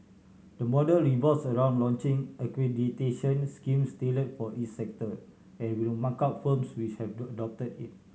the model revolves around launching accreditation schemes tailored for each sector and will mark out firms which have adopted it